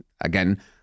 Again